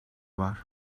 var